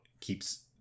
keeps